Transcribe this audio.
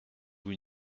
vous